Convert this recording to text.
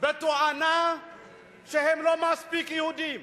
בתואנה שהם לא מספיק יהודים.